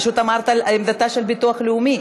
פשוט דיברת על עמדתו של הביטוח הלאומי,